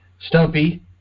Stumpy